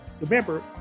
remember